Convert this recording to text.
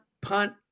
punt